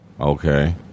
Okay